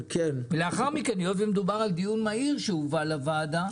ולאחר מכן היות ומדובר על דיון מהיר שהובא לוועדה